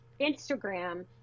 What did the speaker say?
Instagram